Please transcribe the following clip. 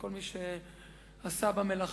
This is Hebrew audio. את כל מי שעשה במלאכה,